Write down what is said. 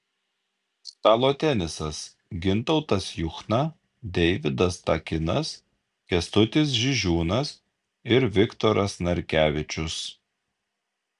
stalo tenisas gintautas juchna deividas takinas kęstutis žižiūnas ir viktoras narkevičius